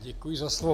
Děkuji za slovo.